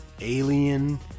Alien